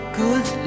good